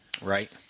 right